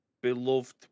beloved